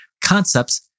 concepts